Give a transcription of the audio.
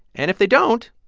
and if they don't,